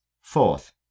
Fourth